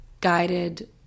guided